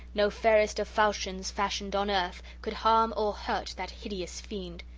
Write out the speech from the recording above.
no farest of falchions fashioned on earth, could harm or hurt that hideous fiend!